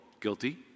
guilty